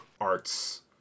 arts